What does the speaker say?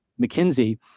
McKinsey